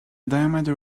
diameter